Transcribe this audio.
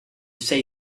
say